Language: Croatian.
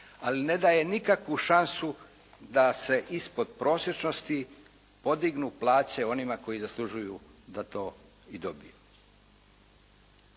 ali ne daje nikakvu šansu da se ispod prosječnosti podignu plaće onima koji zaslužuju da to i dobiju.